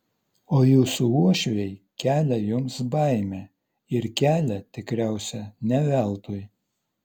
o jūsų uošviai kelia jums baimę ir kelia tikriausiai ne veltui